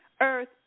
earth